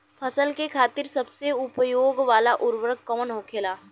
फसल के खातिन सबसे उपयोग वाला उर्वरक कवन होखेला?